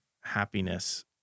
happiness